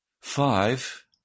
Five